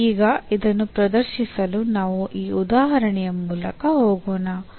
ಮತ್ತು ಈಗ ಇದನ್ನು ಪ್ರದರ್ಶಿಸಲು ನಾವು ಈ ಉದಾಹರಣೆಯ ಮೂಲಕ ಹೋಗೋಣ